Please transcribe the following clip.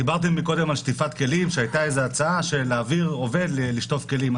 דיברתם קודם על שטיפת כלים והייתה הצעה להעביר עובד לשטוף כלים.